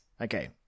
Okay